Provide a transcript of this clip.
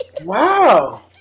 Wow